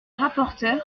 rapporteure